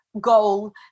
goal